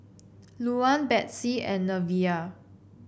Luann Betsey and Neveah